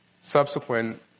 Subsequent